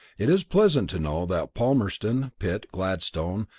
it is pleasant to know that palmerston, pitt, gladstone,